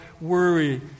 worry